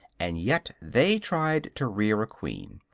and yet they tried to rear a queen.